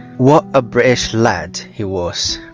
what a british lad he was!